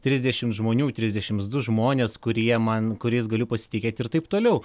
trisdešims žmonių trisdešimt du žmonės kurie man kuriais galiu pasitikėti ir taip toliau